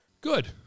good